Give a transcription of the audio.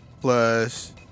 plus